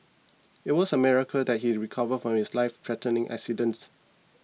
it was a miracle that he recovered from his life threatening accidents